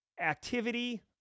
activity